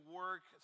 work